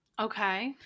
okay